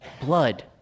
blood